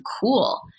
cool